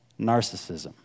Narcissism